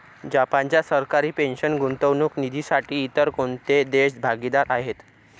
जपानच्या सरकारी पेन्शन गुंतवणूक निधीसाठी इतर कोणते देश भागीदार आहेत?